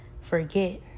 forget